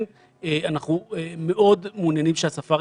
את מוצאת שהוא מספק?